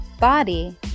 body